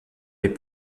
les